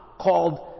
called